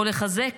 או לחזק